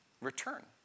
return